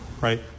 Right